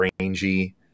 rangy